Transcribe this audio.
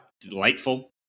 Delightful